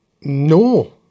No